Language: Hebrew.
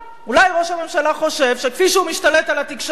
אולי ראש הממשלה חושב שכפי שהוא משתלט על התקשורת כאן,